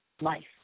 life